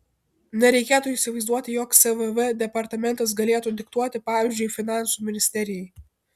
nereikėtų įsivaizduoti jog svv departamentas galėtų diktuoti pavyzdžiui finansų ministerijai